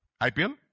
IPL